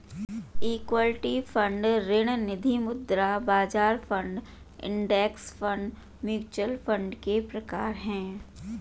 equity fund ऋण निधिमुद्रा बाजार fund index fund mutual fund के प्रकार हैं